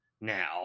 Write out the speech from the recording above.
now